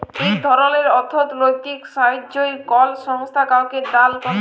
ইক ধরলের অথ্থলৈতিক সাহাইয্য কল সংস্থা কাউকে দাল ক্যরে